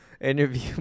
Interview